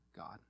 God